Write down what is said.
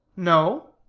no